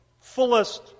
fullest